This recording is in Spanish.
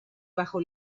bajo